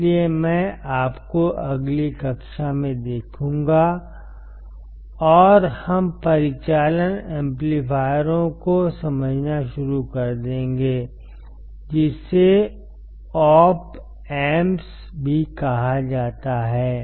इसलिए मैं आपको अगली कक्षा में देखूंगा और हम परिचालन एम्पलीफायरों को समझना शुरू कर देंगे जिसे ओप एम्प्स भी कहा जाता है